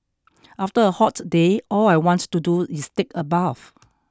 after a hot day all I want to do is take a bath